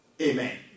Amen